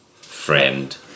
Friend